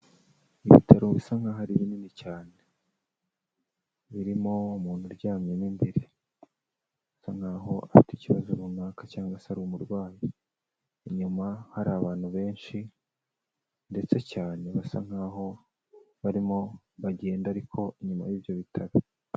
Ibitaro bisa nkaho ari binini cyane birimo umuntu uryamyemo imbere, asa nkaho afite ikibazo runaka cyangwa se ari umurwayi, inyuma hari abantu benshi ndetse cyane basa nkaho barimo bagenda ariko inyuma y'ibyo bitaro.